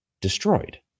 destroyed